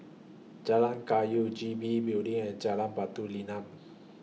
Jalan Kayu G B Building and Jalan Batu Nilam